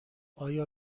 آیا